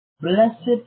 Blessed